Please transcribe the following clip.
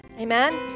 Amen